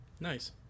Nice